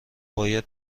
باید